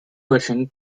version